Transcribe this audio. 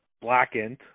Blackened